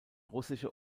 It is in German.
russische